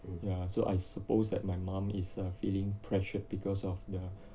ya so I suppose that my mum is err feeling pressured because of the